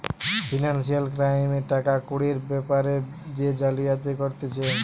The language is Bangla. ফিনান্সিয়াল ক্রাইমে টাকা কুড়ির বেপারে যে জালিয়াতি করতিছে